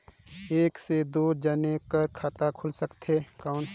एक से दो जने कर खाता खुल सकथे कौन?